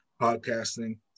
podcasting